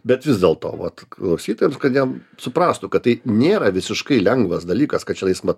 bet vis dėlto vat klausytojams kad jiem suprastų kad tai nėra visiškai lengvas dalykas kad čionais vat